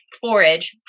forage